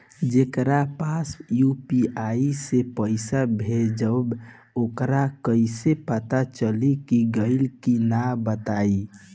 जेकरा पास यू.पी.आई से पईसा भेजब वोकरा कईसे पता चली कि गइल की ना बताई?